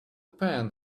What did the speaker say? pan